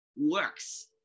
works